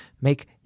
make